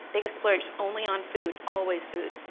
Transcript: biggest splurge? only on food. always food.